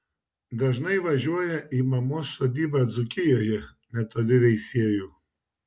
dažnai važiuoja į mamos sodybą dzūkijoje netoli veisiejų